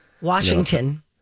Washington